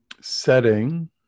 setting